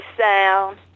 sound